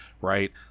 right